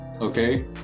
Okay